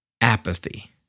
apathy